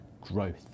growth